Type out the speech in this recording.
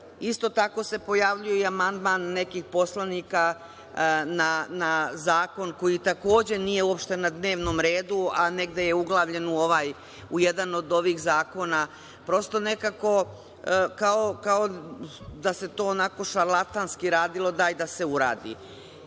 Isto tako se pojavljuje i amandman nekih poslanika na zakon koji takođe nije uopšte na dnevnom redu, a negde je uglavljen u jedan od ovih zakona. Prosto nekako kao da se tako onako šarlatanski radilo – daj da se uradi. Kada